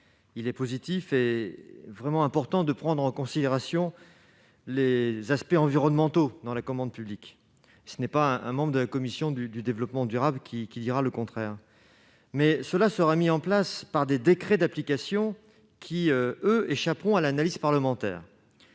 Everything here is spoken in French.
Il est en effet réellement important de prendre en considération les aspects environnementaux dans la commande publique ; ce n'est pas un membre de la commission du développement durable qui dira le contraire ... Cependant, cela sera mis en place par des décrets d'application qui, eux, échapperont à l'analyse parlementaire.